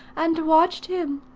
and watched him.